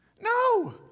No